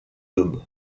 dôme